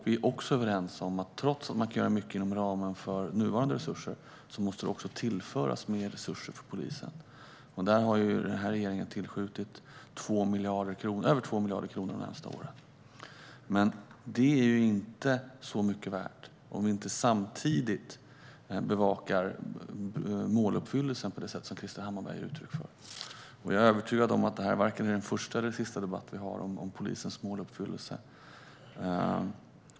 Vi är också överens om att det, trots att man kan göra mycket inom ramen för nuvarande resurser, också måste tillföras mer resurser för polisen. Denna regering har tillskjutit över 2 miljarder kronor de närmaste åren. Det är dock inte så mycket värt om vi inte samtidigt bevakar måluppfyllelsen på det sätt som Krister Hammarbergh ger uttryck för. Jag är övertygad om att detta varken är den första eller den sista debatt vi har om polisens måluppfyllelse.